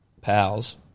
pals